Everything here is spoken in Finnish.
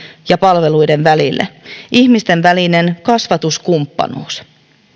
ja palveluiden välille ihmisten välistä kasvatuskumppanuutta